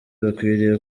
bakwiriye